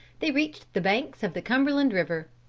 they reached the banks of the cumberland river.